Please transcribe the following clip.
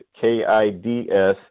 k-i-d-s